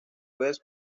vez